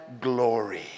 glory